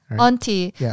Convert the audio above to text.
auntie